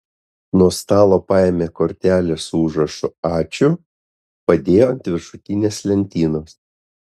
nuo stalo paėmė kortelę su užrašu ačiū padėjo ant viršutinės lentynos